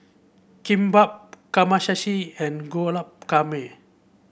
Kimbap Kamameshi and Guacamole